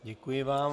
Děkuji vám.